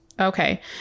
okay